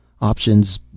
Options